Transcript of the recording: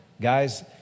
Guys